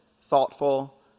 thoughtful